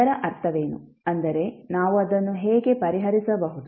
ಇದರ ಅರ್ಥವೇನು ಅಂದರೆ ನಾವು ಅದನ್ನು ಹೇಗೆ ಪರಿಹರಿಸಬಹುದು